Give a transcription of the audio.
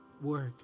work